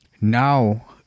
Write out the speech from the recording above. now